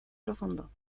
profundo